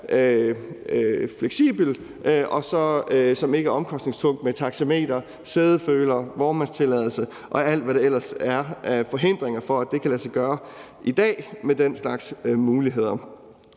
fleksibel, og som ikke er omkostningstung med taxameter, sædefølere, vognmandstilladelse og alt, hvad der ellers er af forhindringer for, at det kan lade sig gøre i dag med den slags muligheder.